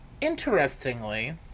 Interestingly